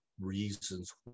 reasons